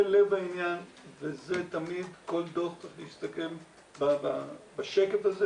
זה לב העניין ותמיד כל דוח מסתכם בשקף הזה